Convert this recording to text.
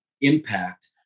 impact